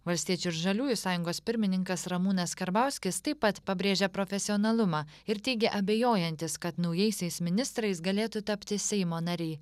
valstiečių ir žaliųjų sąjungos pirmininkas ramūnas karbauskis taip pat pabrėžia profesionalumą ir teigė abejojantis kad naujaisiais ministrais galėtų tapti seimo nariai